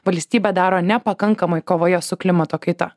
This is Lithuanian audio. valstybė daro nepakankamai kovoje su klimato kaita